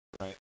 Right